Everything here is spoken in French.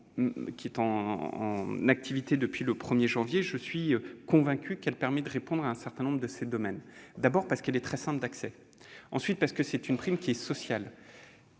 en activité depuis le 1 janvier, permet de répondre à un certain nombre de ces besoins. D'abord, parce qu'elle est très simple d'accès. Ensuite, parce que c'est une prime qui est sociale